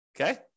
Okay